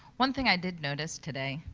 one thing i did notice today,